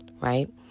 right